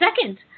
second